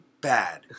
bad